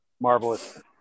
Marvelous